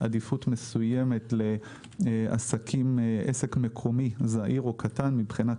עדיפות מסוימת לעסק מקומי זעיר או קטן מבחינת